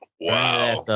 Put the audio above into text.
Wow